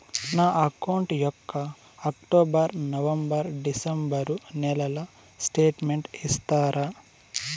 నా అకౌంట్ యొక్క October, November, December నెలల స్టేట్మెంట్ ఇస్తారా?